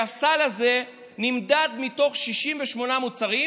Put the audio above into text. והסל הזה נמדד מתוך 68 מוצרים,